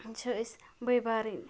چھِ أسۍ بٔے بارٕنۍ